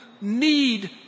need